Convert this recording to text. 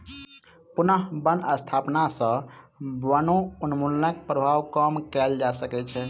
पुनः बन स्थापना सॅ वनोन्मूलनक प्रभाव कम कएल जा सकै छै